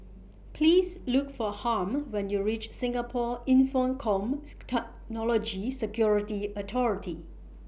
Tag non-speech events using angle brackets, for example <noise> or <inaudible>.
Please Look For Harm when YOU REACH Singapore Infocomm <unintelligible> Security Authority